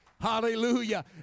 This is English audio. Hallelujah